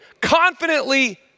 confidently